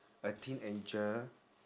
a teenager